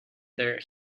their